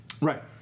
Right